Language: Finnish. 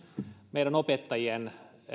meidän opettajien